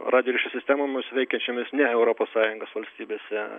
radijo ryšių sistemomis veikiančiomis ne europos sąjungos valstybėse